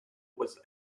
was